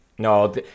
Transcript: No